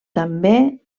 també